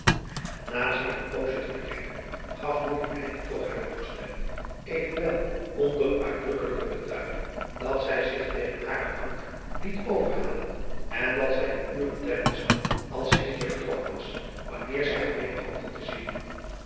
na zich een poosje te bedenken gaf moeder eindelijk toch hare toestemming evenwel onder uitdrukkelijke betuiging dat zij zich tegen haren dank lier over halen en dat zij de uren tellen zou als hilletje vertrokken was wanneer zij haar weder hoopte te zien